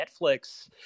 Netflix